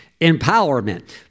empowerment